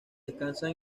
descansan